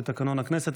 לתקנון הכנסת,